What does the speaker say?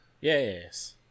yes